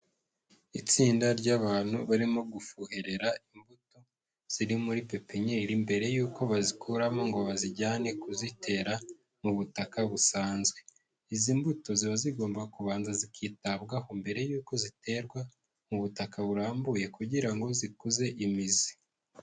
Itsinda ry'abantu barimo gufuherera imbuto ziri muri pepinyeri mbere y'uko bazikuramo ngo bazijyane kuzitera mu butaka busanzwe, izi mbuto ziba zigomba kubanza zikitabwaho mbere y'uko ziterwa mu butaka burambuye kugira ngo zikuze imizi.